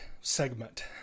segment